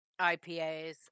IPAs